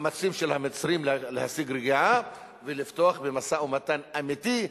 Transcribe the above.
למאמצים של המצרים להשיג רגיעה ולפתוח במשא-ומתן אמיתי,